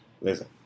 Listen